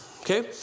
Okay